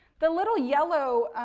the little yellow,